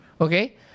Okay